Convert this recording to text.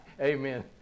Amen